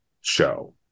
show